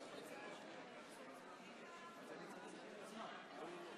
מה שיפרוץ מן הקרקע ברמאללה אלה מגדלי מגורים,